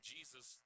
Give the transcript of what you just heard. Jesus